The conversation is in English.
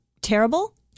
terrible